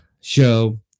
show